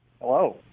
Hello